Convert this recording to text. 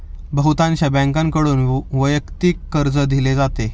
बहुतांश बँकांकडून वैयक्तिक कर्ज दिले जाते